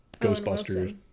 Ghostbusters